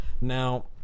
Now